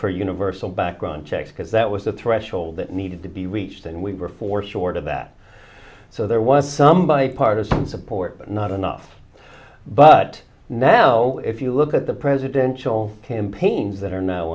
for universal background checks because that was a threshold that needed to be reached and we were for short of that so there was some bipartisan support but not enough but now if you look at the presidential campaigns that are now